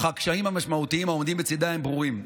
אך הקשיים המשמעותיים העומדים בצידה הם ברורים.